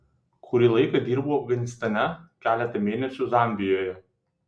kurį laiką dirbau afganistane keletą mėnesių zambijoje